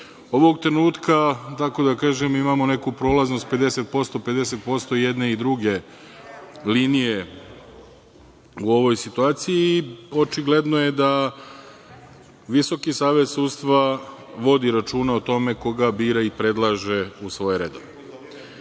Ovog trenutka, tako da kažem, imamo neku prolaznost 50% - 50% i jedne i druge linije u ovoj situaciji. Očigledno je da Visoki savet sudstva vodi računa o tome koga bira i predlaže u svoje redove. Što